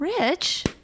rich